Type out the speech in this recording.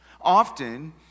Often